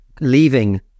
leaving